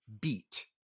beat